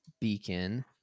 Beacon